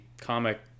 comic